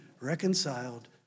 reconciled